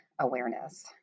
awareness